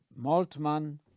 Moltmann